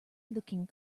looking